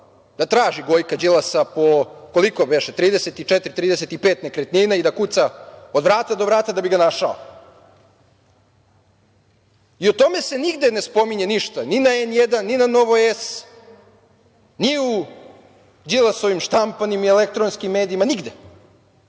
da traži Gojka Đilasa po 34, 35 nekretnina i da kuca od vrata do vrata da bi ga našao. O tome se nigde ne spominje ništa ni na N1, ni na Nova S, ni u Đilasovim štampanim i elektronskim medijima, nigde. Ali,